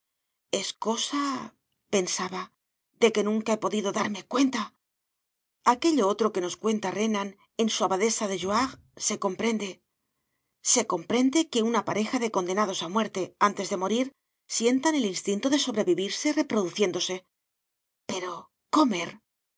es cosapensabade que nunca he podido darme cuenta aquello otro que nos cuenta renan en su abadesa de jouarre se comprende se comprende que una pareja de condenados a muerte antes de morir sientan el instinto de sobrevivirse reproduciéndose pero comer